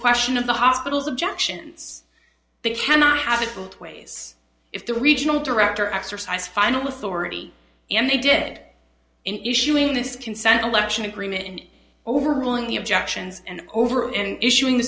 question of the hospital's objections they cannot how difficult ways if the regional director exercise final authority and they did in issuing this consent election agreement and overruling the objections and over and issuing the